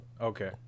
Okay